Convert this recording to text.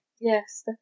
Yes